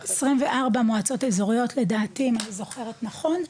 24 מועצות אזוריות לדעתי, אם אני זוכרת נכון.